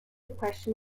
question